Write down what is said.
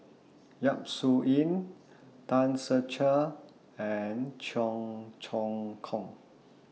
Yap Su Yin Tan Ser Cher and Cheong Choong Kong